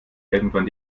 irgendwann